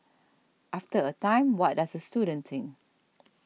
after a time what does the student think